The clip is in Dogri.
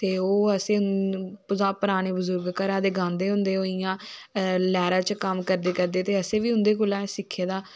ते ओह् असें पराने बजुर्ग घरा दे गांदे होंदे ओह् इयां लैह्रा च कम्म करदे करदे ते असें बी उन्दे कोला गै सिक्खे दा